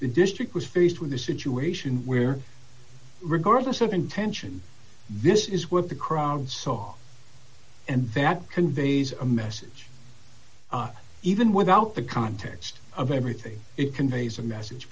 the district was faced with a situation where regardless of intention this is what the crowd saw and that conveys a message even without the context of everything it conveys a message